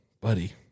Buddy